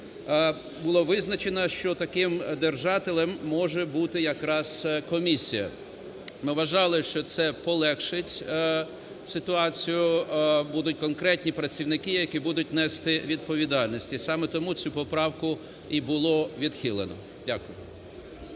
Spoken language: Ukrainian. було визначено, що таким держателем може бути якраз комісія. Ми вважали, що це полегшить ситуацію, будуть конкретні працівники, які будуть нести відповідальність. І саме тому цю поправку і було відхилено. Дякую.